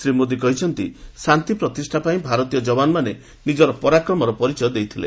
ଶ୍ରୀ ମୋଦି କହିଛନ୍ତି ଶାନ୍ତି ପ୍ରତିଷାପାଇଁ ଭାରତୀୟ ଯବାନମାନେ ନିକ୍କର ପରାକ୍ରମର ପରିଚୟ ଦେଇଥିଲେ